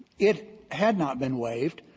it had not been waived.